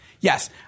Yes